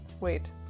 wait